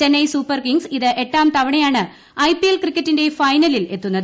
Chennai Super Kings ഇത് എട്ടാം തവണയാണ് ഐപിഎൽ ക്രിക്കറ്റിന്റെ ഫൈനലിൽ എത്തുന്നത്